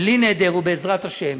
בלי נדר ובעזרת השם: